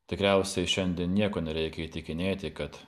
tikriausiai šiandien nieko nereikia įtikinėti kad